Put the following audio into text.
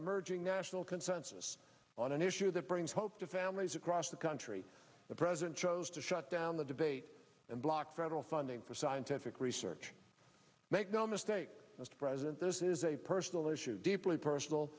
national consensus on an issue that brings hope to families across the country the president chose to shut down the debate and block federal funding for scientific research make no mistake mr president this is a personal issue deeply personal